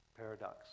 paradox